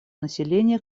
населения